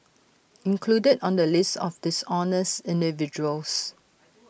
included on the list of dishonest individuals